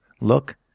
look